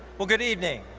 well, good evening.